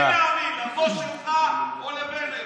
למי להאמין, לבוס שלך או לבנט?